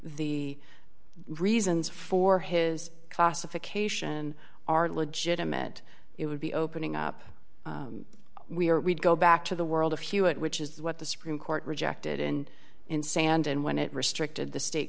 the reasons for his classification are legitimate it would be opening up we are we'd go back to the world of hewitt which is what the supreme court rejected in in sand and when it restricted the state